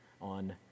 on